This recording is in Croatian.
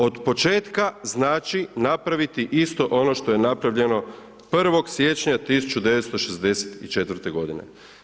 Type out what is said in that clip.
Otpočetka znači napraviti isto ono što je napravljeno 1. siječnja 1964. godine.